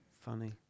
funny